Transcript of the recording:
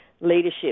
leadership